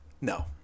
no